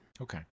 Okay